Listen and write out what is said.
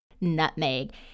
nutmeg